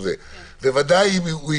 גם 50% זה לא כדאי כלכלית.